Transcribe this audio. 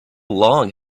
long